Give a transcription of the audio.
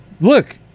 look